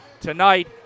tonight